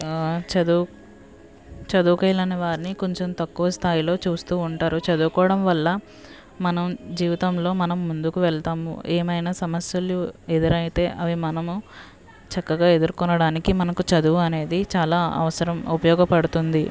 చదువు చదువుకోలేని వారిని కొంచం తక్కువ స్థాయిలో చూస్తు ఉంటారు చదువుకోవడం వల్ల మనం జీవితంలో మనం ముందుకు వెళ్తాము ఏమైన సమస్యలు ఎదురైతే అవి మనము చక్కగా ఎదుర్కొడానికి మనకు చదువు అనేది చాలా అవసరం ఉపయోగపడుతుంది